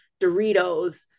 Doritos